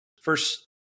first